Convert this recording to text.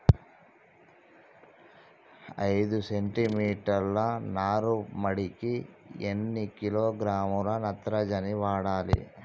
ఐదు సెంటి మీటర్ల నారుమడికి ఎన్ని కిలోగ్రాముల నత్రజని వాడాలి?